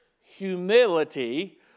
humility